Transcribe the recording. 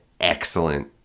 excellent